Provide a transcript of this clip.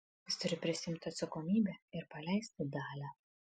jis turi prisiimti atsakomybę ir paleisti dalią